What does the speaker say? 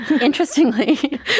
interestingly